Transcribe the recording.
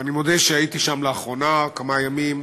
ואני מודה שהייתי שם לאחרונה כמה ימים.